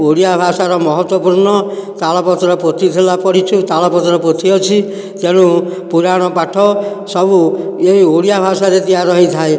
ଓଡ଼ିଆ ଭାଷାର ମହତ୍ୱପୂର୍ଣ୍ଣ ତାଳପତ୍ର ପୋଥି ଥିଲା ପଢ଼ିଛୁ ତାଳପତ୍ର ପୋଥି ଅଛି ତେଣୁ ପୁରାଣ ପାଠ ସବୁ ଏ ଓଡ଼ିଆ ଭାଷାରେ ତିଆରି ହୋଇଥାଏ